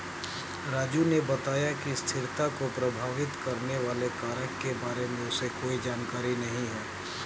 राजू ने बताया कि स्थिरता को प्रभावित करने वाले कारक के बारे में उसे कोई जानकारी नहीं है